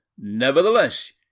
Nevertheless